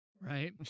right